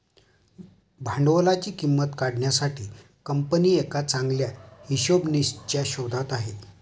भांडवलाची किंमत काढण्यासाठी कंपनी एका चांगल्या हिशोबनीसच्या शोधात आहे